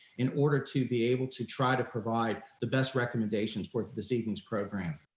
in order to be able to try to provide the best recommendations for this evening's program.